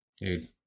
dude